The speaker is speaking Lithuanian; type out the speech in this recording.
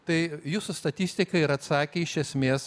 tai jūsų statistika ir atsakė iš esmės